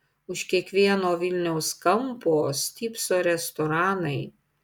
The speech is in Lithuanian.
už kiekvieno vilniaus kampo stypso restoranai